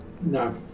No